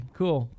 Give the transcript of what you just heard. cool